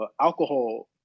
alcohol